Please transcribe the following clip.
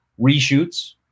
reshoots